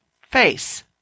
Face